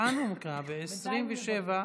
אנחנו חייבים להיות צמודים לתקנון.